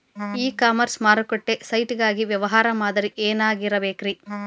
E commerce ಮಾರುಕಟ್ಟೆ site ಗಾಗಿ ವ್ಯವಹಾರ ಮಾದರಿ ಏನಾಗಿರಬೇಕ್ರಿ?